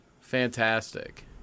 Fantastic